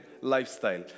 lifestyle